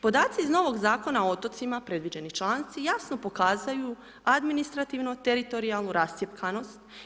Podaci iz novog Zakona o otocima, predviđeni članci jasno pokazuju administrativno teritorijalnu rascjepkanost.